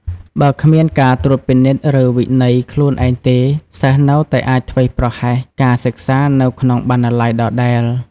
បើគ្មានការត្រួតពិនិត្យ ឬវិន័យខ្លួនឯងទេ សិស្សនៅតែអាចធ្វេសប្រហែសការសិក្សានៅក្នុងបណ្ណាល័យដដែល។